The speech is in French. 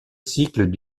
cycle